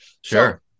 Sure